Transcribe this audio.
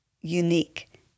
unique